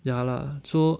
ya lah so